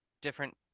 different